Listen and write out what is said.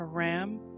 Aram